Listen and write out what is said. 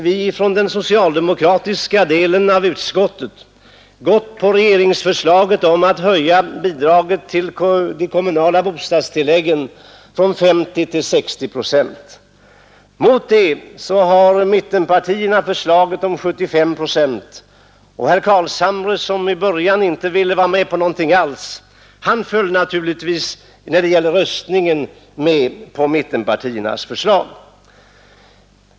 Där har de socialdemokratiska ledamöterna av utskottet gått på regeringens förslag att höja bidraget till de kommunala bostadstilläggen från 50 till 60 procent. Mot detta har mittenpartierna lagt ett förslag om höjning till 75 procent. Herr Carlshamre, som från början inte ville vara med om någon höjning alls, anslöt sig vid röstningen till mittenpartiernas förslag.